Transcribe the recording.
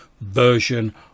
version